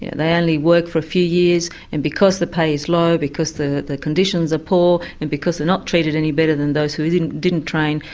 yeah they only work for a few years and because the pay is low, because the the conditions are poor and because they're not treated any better than those who didn't didn't train,